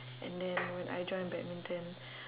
and then when I joined badminton